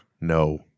No